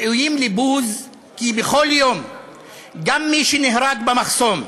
הם ראויים לבוז, כי בכל יום גם מי שנהרג במחסום,